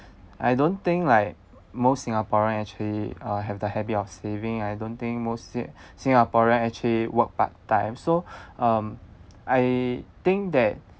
I don't think like most singaporean actually uh have the habit of saving I don't think most sin~ singaporean actually work part time so um I think that